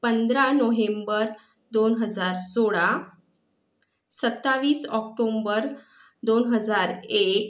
पंधरा नोहेंबर दोन हजार सोळा सत्तावीस ऑक्टोंबर दोन हजार एक